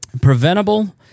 preventable